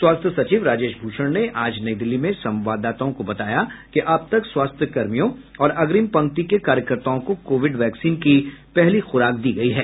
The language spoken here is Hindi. स्वास्थ्य सचिव राजेश भूषण ने आज नई दिल्ली में संवाददाताओं को बताया कि अब तक स्वास्थ्य कर्मियों और अग्रिम पंक्ति के कार्यकर्ताओं को कोविड वैक्सीन की पहली खुराक दी गई है